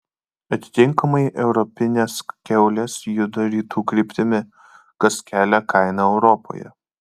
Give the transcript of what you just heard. atitinkamai europinės kiaulės juda rytų kryptimi kas kelia kainą europoje